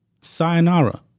Sayonara